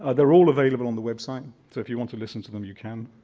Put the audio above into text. ah they're all available on the website so if you want to listen to them you can.